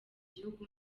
gihugu